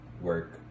work